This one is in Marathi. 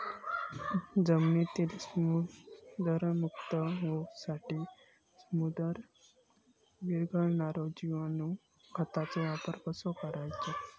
जमिनीतील स्फुदरमुक्त होऊसाठीक स्फुदर वीरघळनारो जिवाणू खताचो वापर कसो करायचो?